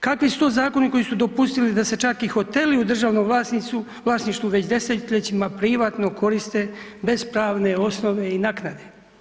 Kakvi su to zakoni koji su dopustili da se čak i hoteli u državnom vlasništvu već desetljećima privatno koriste bez pravne osnove i naknade?